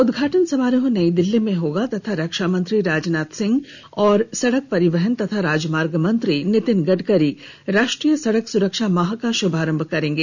उद्वाटन समारोह नई दिल्ली में होगा तथा रक्षामंत्री राजनाथ सिंह और सड़क परिवहन और राजमार्ग मंत्री नितिन गडकरी राष्ट्रीय सड़क सुरक्षा माह का शुभारंभ करेंगे